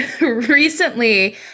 Recently